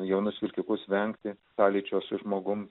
jaunus vilkikus vengti sąlyčio su žmogumi